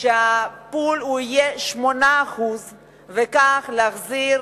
שגירעון "הפול" יהיה עד 8% וכך להחזיר